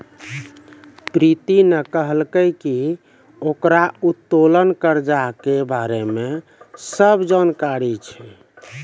प्रीति ने कहलकै की ओकरा उत्तोलन कर्जा के बारे मे सब जानकारी छै